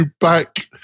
back